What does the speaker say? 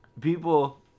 people